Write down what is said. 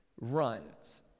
runs